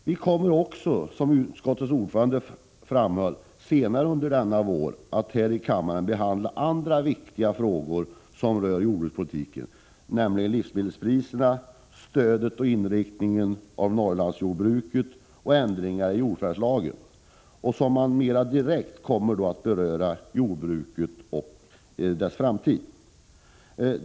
Vi kommer också, som utskottets ordförande framhöll, senare under denna vår att här i kammaren behandla andra viktiga frågor som berör jordbrukspolitiken, nämligen livsmedelspriserna, stödet till och inriktningen av Norrlandsjordbruken och ändringar i jordförvärvslagen. Vi kommer då att mer direkt beröra jordbruket och dess framtid.